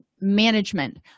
management